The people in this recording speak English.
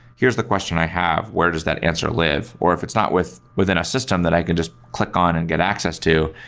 here's the question i have. where does that answer live? or if it's not within a system that i can just click on and get access to,